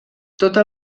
tota